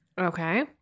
Okay